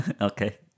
okay